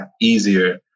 easier